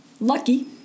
lucky